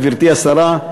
גברתי השרה,